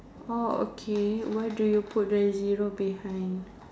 orh okay where do you put the zero behind